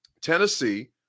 Tennessee